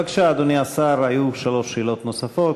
בבקשה, אדוני השר, היו שלוש שאלות נוספות.